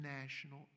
national